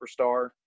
Superstar